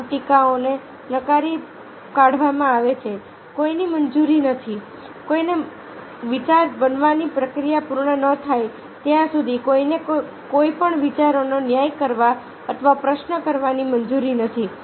તમામ ટીકાઓને નકારી કાઢવામાં આવે છે કોઈને મંજૂરી નથી કોઈને વિચાર બનાવવાની પ્રક્રિયા પૂર્ણ ન થાય ત્યાં સુધી કોઈને કોઈ પણ વિચારનો ન્યાય કરવા અથવા પ્રશ્ન કરવાની મંજૂરી નથી